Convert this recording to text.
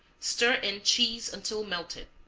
stir in cheese until melted,